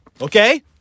Okay